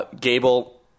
Gable